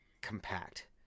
compact